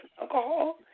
alcohol